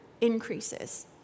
increases